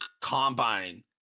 combine